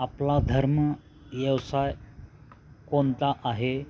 आपला धर्म व्यवसाय कोणता आहे